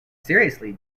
seriously